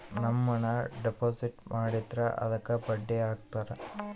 ನಮ್ ಹಣ ಡೆಪಾಸಿಟ್ ಮಾಡಿದ್ರ ಅದುಕ್ಕ ಬಡ್ಡಿ ಹಕ್ತರ